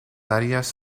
áreas